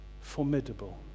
formidable